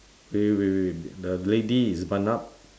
wait wait wait wait the lady is bun up